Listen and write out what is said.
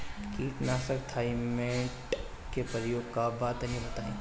कीटनाशक थाइमेट के प्रयोग का बा तनि बताई?